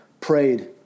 prayed